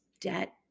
debt